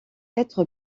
être